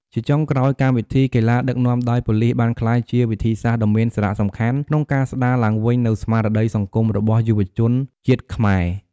ជាចុងក្រោយ កម្មវិធីកីឡាដឹកនាំដោយប៉ូលីសបានក្លាយជាវិធីសាស្ត្រដ៏មានសារសំខាន់ក្នុងការស្ដារឡើងវិញនូវស្មារតីសង្គមរបស់យុវជនជាតិខ្មែរ។